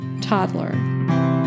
toddler